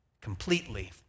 completely